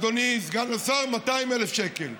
אדוני סגן השר, 200,000 שקל.